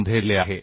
2 मध्ये दिले आहे